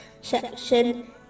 section